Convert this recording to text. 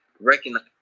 recognize